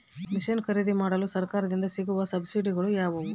Mission ಖರೇದಿಮಾಡಲು ಸರಕಾರದಿಂದ ಸಿಗುವ ಸಬ್ಸಿಡಿಗಳು ಯಾವುವು?